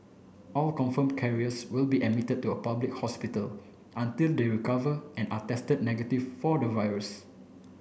all confirm carriers will be admitted to a public hospital until they recover and are tested negative for the virus